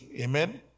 amen